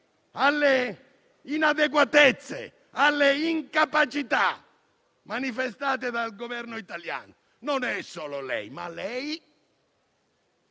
alle inadeguatezze e alle incapacità manifestate dal Governo italiano. Non è solo lei, ma lei